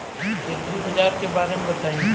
एग्रीबाजार के बारे में बताई?